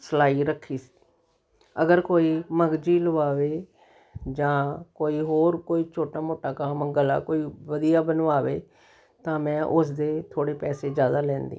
ਸਲਾਈ ਰੱਖੀ ਸੀ ਅਗਰ ਕੋਈ ਮਗਜੀ ਲਵਾਵੇ ਜਾਂ ਕੋਈ ਹੋਰ ਕੋਈ ਛੋਟਾ ਮੋਟਾ ਕੋਈ ਕੰਮ ਗਲਾ ਕੋਈ ਵਧੀਆ ਬਣਵਾਵੇ ਤਾਂ ਮੈਂ ਉਸਦੇ ਥੋੜ੍ਹੇ ਪੈਸੇ ਜ਼ਿਆਦਾ ਲੈਂਦੀ